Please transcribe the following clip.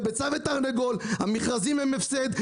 זה ביצה ותרנגולת המכרזים הם בהפסד,